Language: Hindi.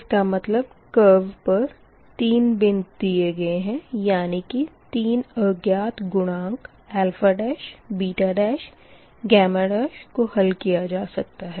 इसका मतलब कर्व पर 3 बिंद दिए गए है यानी 3 अज्ञात गुणांक β γ को हल किया जा सकता है